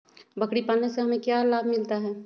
बकरी पालने से हमें क्या लाभ मिलता है?